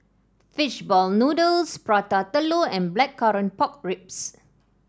fish ball noodles Prata Telur and Blackcurrant Pork Ribs